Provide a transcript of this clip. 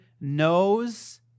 knows